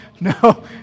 no